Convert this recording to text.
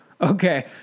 okay